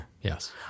yes